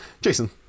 jason